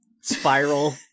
spiral